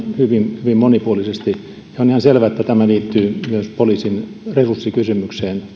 hyvin hyvin monipuolisesti ja on ihan selvä että tämä hallituksen esitys liittyy myös poliisin resurssikysymykseen